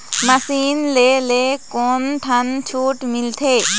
Machine ले ले कोन ठन छूट मिलथे?